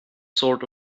sort